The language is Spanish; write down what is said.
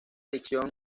adición